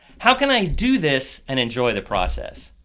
how can i do this and enjoy the process?